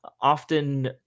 often